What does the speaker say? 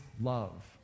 love